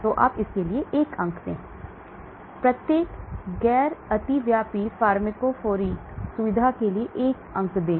तो आप इसके लिए 1 अंक दें प्रत्येक गैर अतिव्यापी फार्माकोफोरिक सुविधा के लिए 1 अंक दें